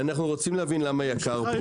אנחנו רוצים להבין למה יקר פה.